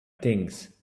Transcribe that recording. things